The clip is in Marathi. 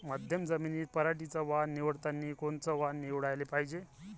मध्यम जमीनीत पराटीचं वान निवडतानी कोनचं वान निवडाले पायजे?